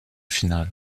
finale